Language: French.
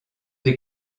des